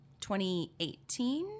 2018